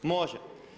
Može.